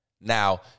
Now